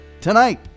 tonight